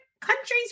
countries